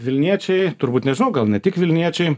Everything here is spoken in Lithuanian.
vilniečiai turbūt nežinau gal ne tik vilniečiai